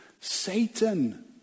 Satan